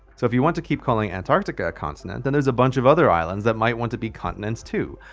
so if you want to keep calling antarctica a continent, then there's a bunch of other islands that might want to be continents too.